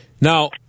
Now